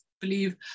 believe